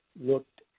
looked